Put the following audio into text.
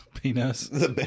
Penis